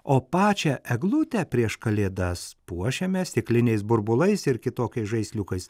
o pačią eglutę prieš kalėdas puošiame stikliniais burbulais ir kitokiais žaisliukais